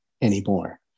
anymore